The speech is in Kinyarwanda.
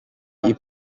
iyi